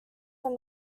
from